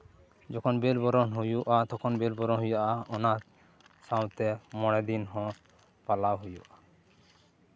ᱡᱚᱠᱷᱚᱱ ᱵᱮᱞ ᱵᱚᱨᱚᱱ ᱦᱩᱭᱩᱜᱼᱟ ᱛᱚᱠᱷᱚᱱ ᱵᱮᱞᱵᱚᱨᱚᱱ ᱦᱩᱭᱩᱜᱼᱟ ᱚᱱᱟ ᱥᱟᱶᱛᱮ ᱢᱚᱬᱮ ᱫᱤᱱ ᱦᱚᱸ ᱯᱟᱞᱟᱣ ᱦᱩᱭᱩᱜᱼᱟ